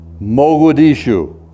Mogadishu